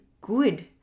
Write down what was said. good